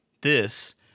This